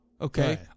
okay